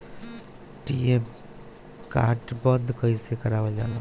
ATM card बन्द कईसे करावल जाला?